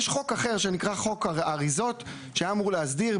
יש חוק אחר שנקרא חוק אריזות שהיה אמור להסדיר.